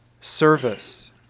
service